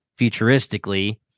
futuristically